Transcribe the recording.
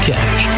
Cash